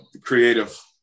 creative